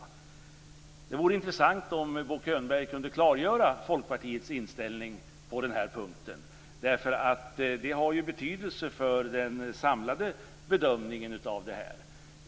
Det vore intressant om Bo Könberg kunde klargöra Folkpartiets inställning på den här punkten. Det har betydelse för den samlade bedömningen.